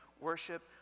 worship